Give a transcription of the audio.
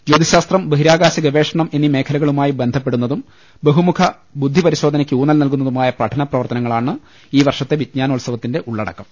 ജ്യോതിശാസ്ത്രം ബഹിരാകാശ ഗവേഷണം എന്നീ മേഖലകളുമായി ബന്ധപ്പെടുന്നതും ബഹു മുഖ ബുദ്ധിപരിശോധനയ്ക്ക് ഊന്നൽ നൽകുന്നതുമായ പഠന പ്രവർത്തന ങ്ങളാണ് ഈ വർഷത്തെ വിജ്ഞാനോത്സവത്തിന്റെ ഉള്ളടക്കം